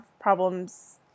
problems